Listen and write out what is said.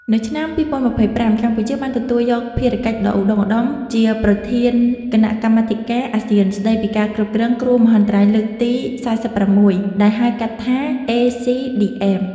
នៅឆ្នាំ ២០២៥ កម្ពុជាបានទទួលយកភារកិច្ចដ៏ឧត្តុង្គឧត្តមជាប្រធានគណៈកម្មាធិការអាស៊ានស្តីពីការគ្រប់គ្រងគ្រោះមហន្តរាយលើកទី៤៦ ដែលហៅកាត់ថា ACDM។